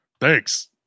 Thanks